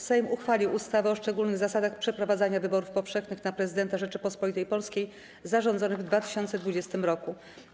Sejm uchwalił ustawę o szczególnych zasadach przeprowadzania wyborów powszechnych na Prezydenta Rzeczypospolitej Polskiej zarządzonych w 2020 r. Hańba!